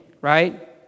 right